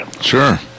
Sure